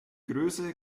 größe